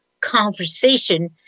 conversation